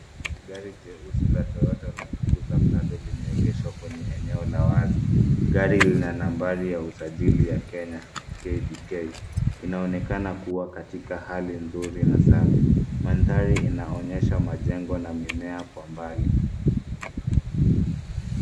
Gari jeusi la Toyota landcruiser Prado limeegeshwa kwenye eneo la wazi. Gari lina nambari ya usajili la kenya KDK. Inaonekana kuwa katika hali nzuri na safi. Mandhari inaonyesha majengo na mimea kwa mbali.